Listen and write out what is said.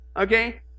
Okay